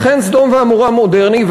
אכן סדום ועמורה מודרני.